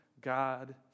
God